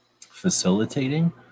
facilitating